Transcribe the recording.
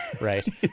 right